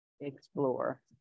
explore